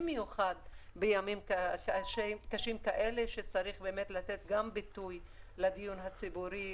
בימים קשים כאלה צריך לתת ביטוי לדיור הציבורי,